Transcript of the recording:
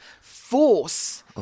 force